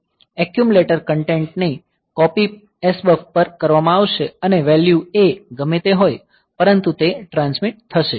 accumulator content ની copy SBUF પર કરવામાં આવશે અને વેલ્યૂ A ગમે તે હોય પરંતુ તે ટ્રાન્સમીટ થશે